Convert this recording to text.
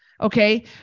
Okay